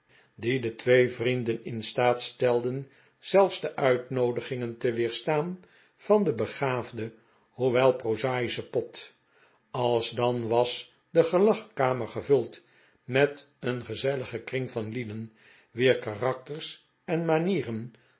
de twee vrienden in staat stelden zelfs de uitnoodigingen te weerstaan van den begaafden hoewel prozaischen pott alsdan was de gelagkamer gevuld met een gezelligen kring van lieden wier karakters en manieren